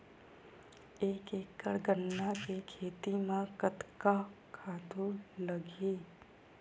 एक एकड़ गन्ना के खेती म कतका खातु लगही?